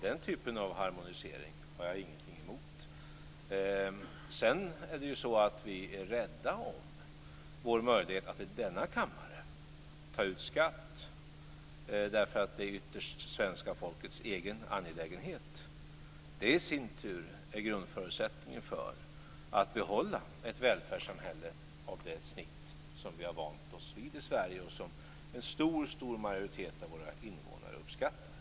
Den typen av harmonisering har jag ingenting emot. Men vi är rädda om vår möjlighet att i denna kammare ta ut skatter därför att det ytterst är svenska folkets egen angelägenhet. Det i sin tur är grundförutsättningen för att behålla ett välfärdssamhälle av det snitt som vi vant oss vid i Sverige och som en stor majoritet av våra invånare uppskattar.